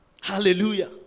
Hallelujah